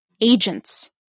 agents